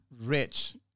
rich